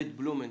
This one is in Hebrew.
בית בלומנטל.